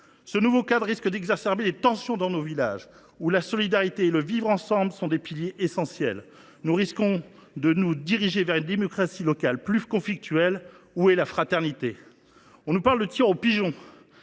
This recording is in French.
est adopté, risque d’exacerber les tensions dans nos villages, où la solidarité et le vivre ensemble sont des piliers essentiels de la vie locale. Nous risquons de nous diriger vers une démocratie locale plus conflictuelle. Où est la fraternité ? On nous parle de « tir aux pigeons